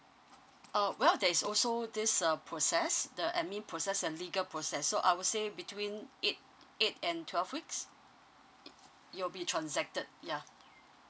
uh well there is also this uh process the admin process a legal process so I would say between eight eight and twelve weeks you'll be transacted ya